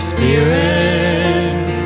Spirit